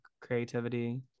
creativity